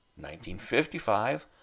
1955